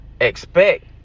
expect